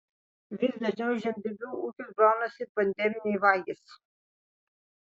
vis dažniau į žemdirbių ūkius braunasi pandeminiai vagys